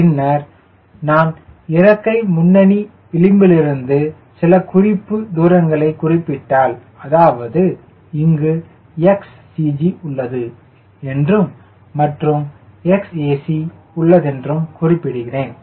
பின்னர் நான் இறக்கை முன்னணி விளிம்பிலிருந்து சில குறிப்பு தூரங்களைக் குறிப்பிட்டால் அதாவது இங்கு XCG உள்ளது என்றும் மற்றும் XAC உள்ளதென்றும் குறிப்பிடுகிறேன்